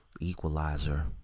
equalizer